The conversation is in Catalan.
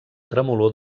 tremolor